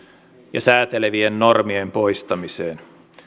ja säätelevien normien poistamisella